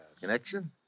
Connection